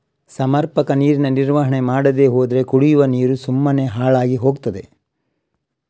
ಸಮರ್ಪಕ ನೀರಿನ ನಿರ್ವಹಣೆ ಮಾಡದೇ ಹೋದ್ರೆ ಕುಡಿವ ನೀರು ಸುಮ್ಮನೆ ಹಾಳಾಗಿ ಹೋಗ್ತದೆ